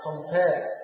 compare